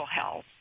health